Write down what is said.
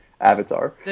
avatar